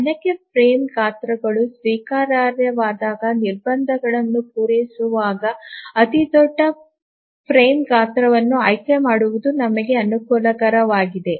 ಅನೇಕ ಫ್ರೇಮ್ ಗಾತ್ರಗಳು ಸ್ವೀಕಾರಾರ್ಹವಾದಾಗ ನಿರ್ಬಂಧಗಳನ್ನು ಪೂರೈಸುವಾಗ ಅತಿದೊಡ್ಡ ಫ್ರೇಮ್ ಗಾತ್ರವನ್ನು ಆಯ್ಕೆ ಮಾಡುವುದು ನಮಗೆ ಅನುಕೂಲಕರವಾಗಿದೆ